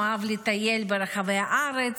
הוא אהב לטייל ברחבי הארץ,